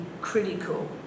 critical